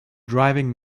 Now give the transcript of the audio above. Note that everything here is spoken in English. driving